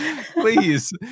please